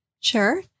Sure